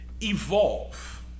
evolve